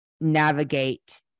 navigate